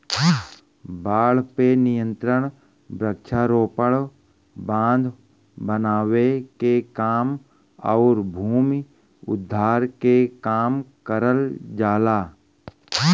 बाढ़ पे नियंत्रण वृक्षारोपण, बांध बनावे के काम आउर भूमि उद्धार के काम करल जाला